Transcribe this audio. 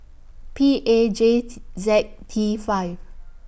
P A J Z T five